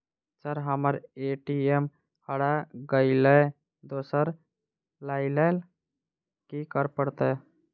Sir हम्मर ATM हरा गइलए दोसर लईलैल की करऽ परतै?